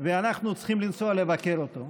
אנחנו צריכים לנסוע לבקר אותו.